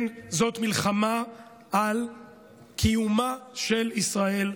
כן, זאת מלחמה על קיומה של ישראל,